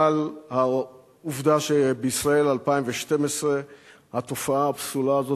אבל העובדה שבישראל 2012 התופעה הפסולה הזאת